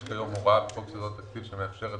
יש כיום הוראה בחוק יסודות התקציב שמאפשרת